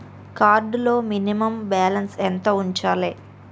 Card లో minimum balance ఎంత ఉంచాలే?